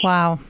Wow